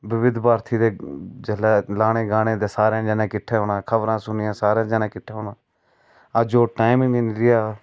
विविध भारती दे जिसलै लाने गाने सारे जने इक्कठे होना खबरां सुननिआं अज्ज ओह् टैम गै नीं रेहा